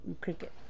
cricket